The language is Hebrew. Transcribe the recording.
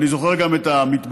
אני זוכר את המטבחון,